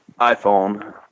iPhone